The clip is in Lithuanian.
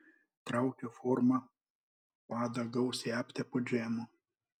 traukiu formą padą gausiai aptepu džemu